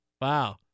Wow